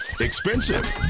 Expensive